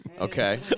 Okay